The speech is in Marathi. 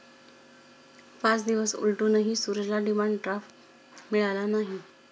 पाच दिवस उलटूनही सूरजला डिमांड ड्राफ्ट मिळाला नाही